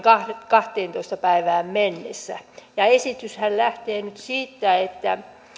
kahdenteentoista päivään mennessä esityshän lähtee nyt siitä että